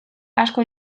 asko